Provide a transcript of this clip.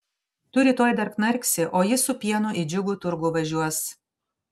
tu rytoj dar knarksi o jis su pienu į džiugų turgų važiuos